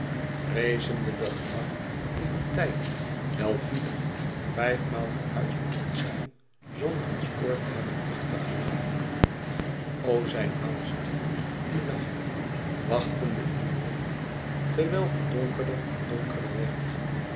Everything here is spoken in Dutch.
vreezende dat frank in dien tijd wel vier vijfmaal verhuisd kon zijn zonder een spoor te hebben achtergelaten o zijn angst dien nacht wachtende in den wind terwijl het donkerder en donkerder werd